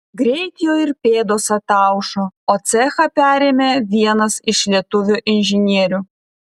greit jo ir pėdos ataušo o cechą perėmė vienas iš lietuvių inžinierių